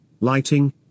lighting